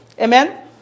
Amen